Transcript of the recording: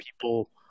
people